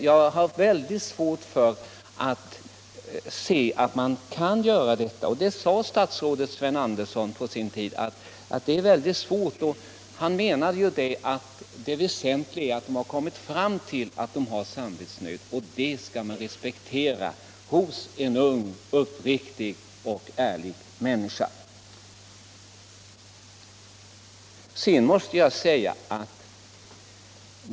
Jag har svårt att se att någon skulle kunna göra det, och det sade också statsrådet Sven Andersson på sin tid. Han menade att det väsentliga var att någon kommit fram till att han hade samvetsnöd —- en sådan uppfattning hos en ung, uppriktig och ärlig människa skulle respekteras.